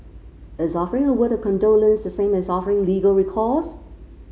is offering a word of condolence the same as offering legal recourse